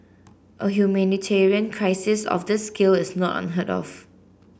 a humanitarian crisis of this scale is not unheard of